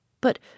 But